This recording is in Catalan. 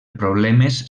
problemes